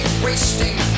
wasting